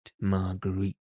Marguerite